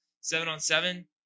Seven-on-seven